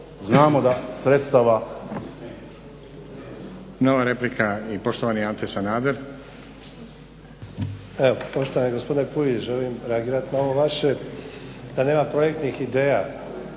znamo da sredstava.